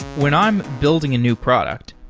when i'm building a new product,